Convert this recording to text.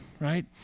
right